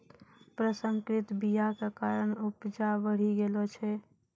प्रसंकरित बीया के कारण उपजा बढ़ि गेलो छै